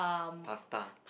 pasta